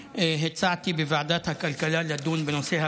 לאחרונה בלט הקשר בין היעדר שירות בנקאי ליצירת תחליף לבנקים,